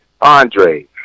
Andre